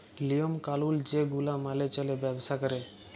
লিওম কালুল যে গুলা মালে চল্যে ব্যবসা ক্যরে